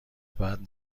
بعد